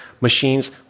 machines